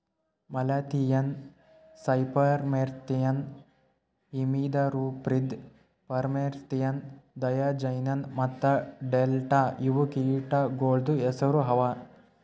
malathion, cypermethrin, imidacloprid, permethrin, diazinon ಮತ್ತ delta ಇವು ಕೀಟಗೊಳ್ದು ಹೆಸುರ್ ಅವಾ